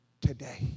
today